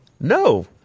no